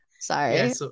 Sorry